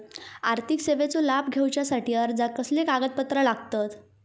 आर्थिक सेवेचो लाभ घेवच्यासाठी अर्जाक कसले कागदपत्र लागतत?